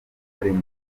buhinzi